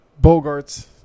Bogarts